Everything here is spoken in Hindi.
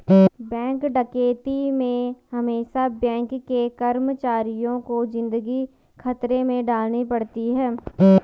बैंक डकैती में हमेसा बैंक के कर्मचारियों को जिंदगी खतरे में डालनी पड़ती है